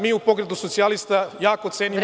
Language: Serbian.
Mi u Pokretu socijalista jako cenimo…